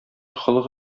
холык